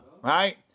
right